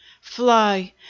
Fly